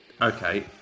okay